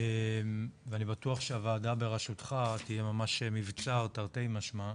ואני בטוח שהוועדה בראשותך תהיה ממש מבצר תרתי משמע,